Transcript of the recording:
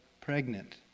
pregnant